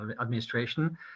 administration